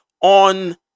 on